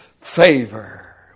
favor